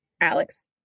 Alex